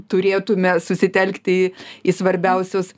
turėtume susitelkti į svarbiausius